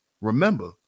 remember